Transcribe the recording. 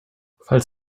falls